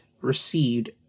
received